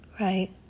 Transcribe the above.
right